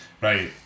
Right